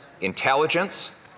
intelligence